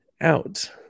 out